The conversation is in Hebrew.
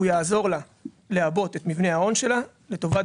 והוא יעזור לה לעבות את מבנה ההון שלה לטובת